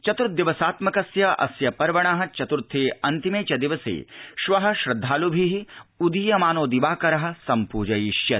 चतुर्दिवसात्मकस्य अस्य पर्वणः चतुर्थे अन्तिमे च दिवसे श्वः श्रद्धालुभिः उदीयमानो दिवाकरः सम्पूजयिष्यते